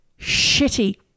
Shitty